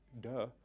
Duh